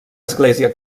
església